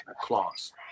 claws